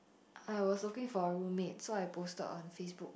I was looking for a roommate so I posted on Facebook